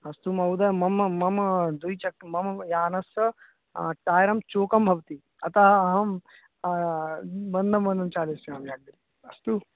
अस्तु महोदय मम्म मम द्विचक् मम यानस्य टायरं चोकं भवति अतः अहं मन्दं मन्दं चालिष्यामि अस्तु